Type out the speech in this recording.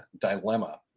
dilemma